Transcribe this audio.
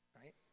right